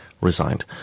resigned